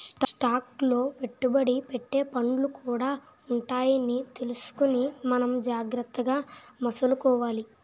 stock లో పెట్టుబడి పెట్టే ఫండ్లు కూడా ఉంటాయని తెలుసుకుని మనం జాగ్రత్తగా మసలుకోవాలి